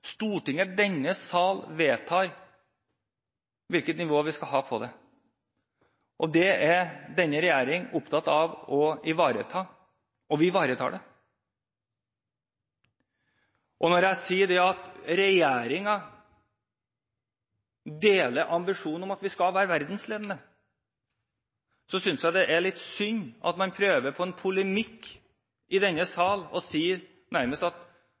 Stortinget, denne sal, vedtar hvilket nivå vi skal ha på det. Det er denne regjering opptatt av å ivareta – og vi ivaretar det. Når jeg sier at regjeringen deler ambisjonen om at vi skal være verdensledende, synes jeg det er litt synd at man prøver på en polemikk i denne sal, man sier nærmest at